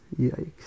Yikes